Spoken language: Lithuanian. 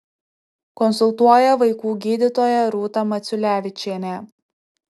konsultuoja vaikų gydytoja rūta maciulevičienė